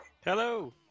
Hello